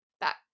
back